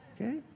Okay